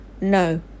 No